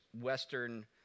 western